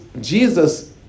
Jesus